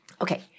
Okay